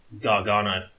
Gargano